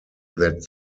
that